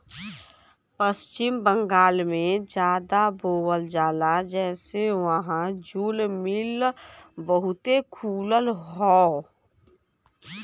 पश्चिम बंगाल में जादा बोवल जाला जेसे वहां जूल मिल बहुते खुलल हौ